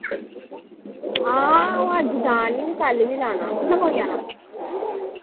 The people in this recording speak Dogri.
हां आऊं अज्ज जा नी कल वी जाना तुसैं कदूं जाना